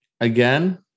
Again